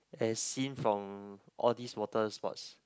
as seen from all these water sports